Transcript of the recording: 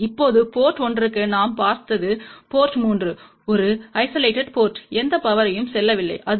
இப்போது போர்ட் 1 க்கு நாம் பார்த்தது போர்ட் 3 ஒரு ஐசோலேட் போர்ட்ம் எந்த பவர்யும் செல்லவில்லை இது